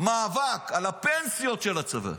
עשה כאן מאבק על הפנסיות של הצבא,